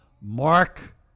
mark